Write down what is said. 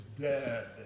dead